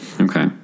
okay